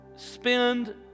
Spend